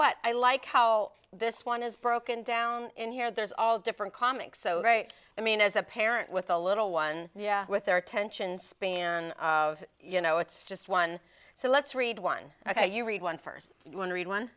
what i like how this one is broken down in here there's all different comics so right i mean as a parent with a little one with their attention span of you know it's just one so let's read one ok you read one first one read one